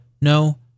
no